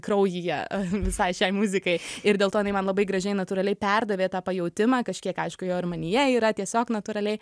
kraujyje visai šiai muzikai ir dėl to jinai man labai gražiai natūraliai perdavė tą pajautimą kažkiek aišku jo ir manyje yra tiesiog natūraliai